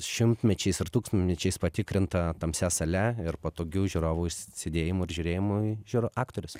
šimtmečiais ir tūkstantmečiais patikrinta tamsia sale ir patogiu žiūrovų sėdėjimu ir žiūrėjimu į žiūr aktorius